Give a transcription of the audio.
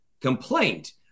complaint